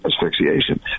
asphyxiation